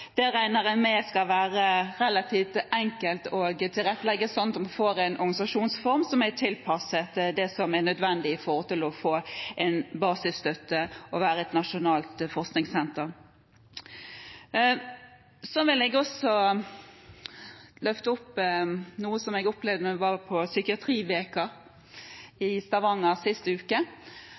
det regner en med skal være relativt enkelt å tilrettelegge, slik at man får en organisasjonsform som er tilpasset det som er nødvendig når det gjelder å få en basisstøtte og være et nasjonalt forskningssenter. Jeg vil også løfte fram noe som jeg hørte om da jeg var på psykiatriuken i Stavanger sist uke: